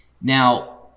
Now